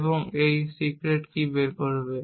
এবং এর থেকে সিক্রেট কী বের করবে